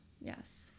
Yes